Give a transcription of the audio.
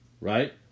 right